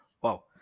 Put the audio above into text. wow